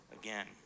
again